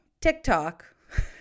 TikTok